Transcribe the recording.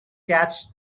catch